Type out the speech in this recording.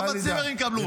גם הצימרים יקבלו.